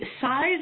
size